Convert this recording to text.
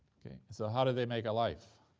okay? and so how do they make a life?